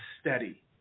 steady